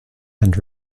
and